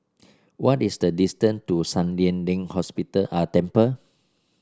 what is the distance to San Lian Deng Hospital Temple